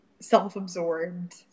self-absorbed